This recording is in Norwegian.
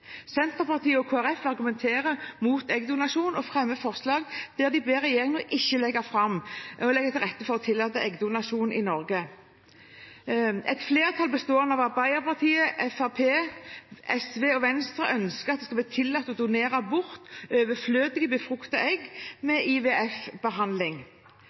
Senterpartiet og Kristelig Folkeparti argumenterer mot eggdonasjon og fremmer et forslag der de ber regjeringen ikke legge til rette for å tillate eggdonasjon i Norge. Et flertall bestående av Arbeiderpartiet, Fremskrittspartiet, SV og Venstre ønsker at det skal bli tillatt å donere bort overflødige befruktede egg